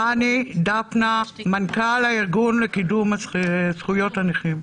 אני חני דפנה, מנכ"ל הארגון לקידום זכויות הנכים.